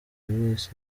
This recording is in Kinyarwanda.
wese